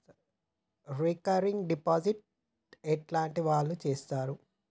Recurring deposit ఎట్లాంటి వాళ్లు చేత్తరు?